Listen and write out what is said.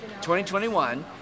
2021